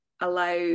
allow